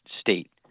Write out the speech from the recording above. state